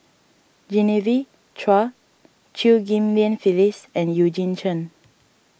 Genevieve Chua Chew Ghim Lian Phyllis and Eugene Chen